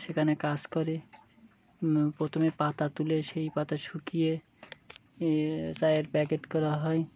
সেখানে কাজ করে প্রথমে পাতা তুলে সেই পাতা শুকিয়ে এ তায়ের প্যাকেট করা হয়